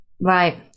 Right